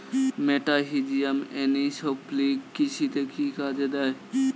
মেটাহিজিয়াম এনিসোপ্লি কৃষিতে কি কাজে দেয়?